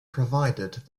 provided